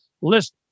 list